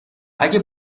اگه